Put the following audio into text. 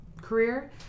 career